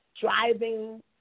driving